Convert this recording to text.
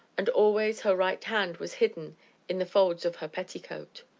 and always her right hand was hidden in the folds of her petticoat.